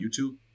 YouTube